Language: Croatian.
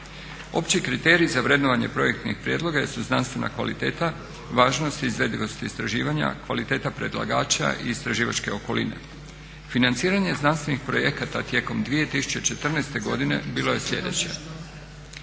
Opći kriteriji za vrednovanje projektnih prijedloga su znanstvena kvaliteta, važnost i izvedivost istraživanja, kvaliteta predlagača i istraživačke okoline. Financiranje znanstvenih projekata tijekom 2014. godine bilo je sljedeće.